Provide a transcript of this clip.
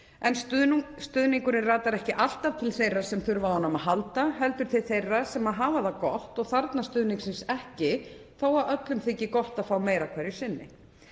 En stuðningurinn ratar ekki alltaf til þeirra sem þurfa á honum að halda heldur til þeirra sem hafa það gott og þarfnast stuðningsins ekki, þótt öllum þyki gott að fá meira hverju sinni.